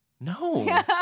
No